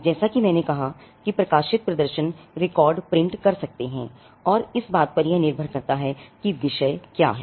जैसा कि मैंने कहा था कि प्रकाशित प्रदर्शन रिकॉर्ड प्रिंट कर सकते हैं और इस बात पर निर्भर करता है कि विषय क्या है